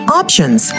options